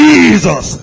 Jesus